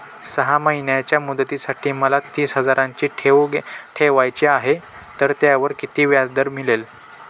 सहा महिन्यांच्या मुदतीसाठी मला तीस हजाराची ठेव ठेवायची आहे, तर त्यावर किती व्याजदर मिळेल?